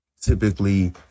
typically